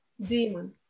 Demon